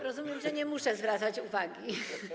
Rozumiem, że nie muszę zwracać uwagi.